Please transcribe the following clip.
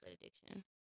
addiction